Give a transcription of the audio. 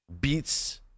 beats